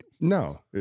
No